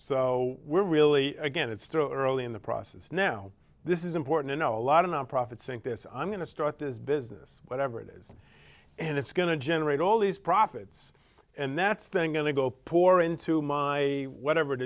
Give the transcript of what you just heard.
so we're really again it's through early in the process now this is important in a lot of nonprofits think this i'm going to start this business whatever it is and it's going to generate all these profits and that's thing going to go poor into my whatever it